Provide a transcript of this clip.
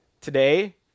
today